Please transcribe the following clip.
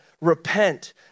repent